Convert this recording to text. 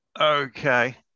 Okay